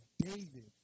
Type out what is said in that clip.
David